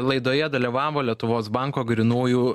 laidoje dalyvavo lietuvos banko grynųjų